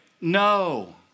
no